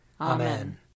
Amen